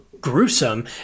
gruesome